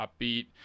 upbeat